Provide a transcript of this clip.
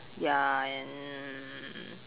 ya and